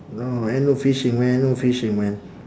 no ain't no fishing man no fishing man